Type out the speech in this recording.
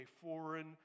foreign